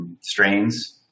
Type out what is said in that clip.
strains